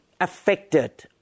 affected